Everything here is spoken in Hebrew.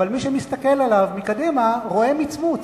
אבל מי שמסתכל עליו מקדימה רואה מצמוץ.